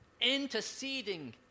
interceding